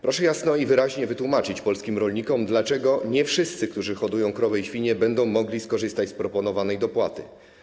Proszę jasno i wyraźnie wytłumaczyć polskim rolnikom, dlaczego nie wszyscy, którzy hodują krowy i świnie, będą mogli skorzystać z proponowanej dopłaty.